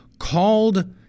called